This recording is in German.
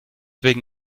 wegen